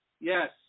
Yes